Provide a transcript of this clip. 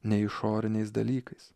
nei išoriniais dalykais